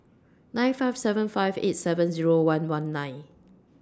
nine five seven five eight seven Zero one one nine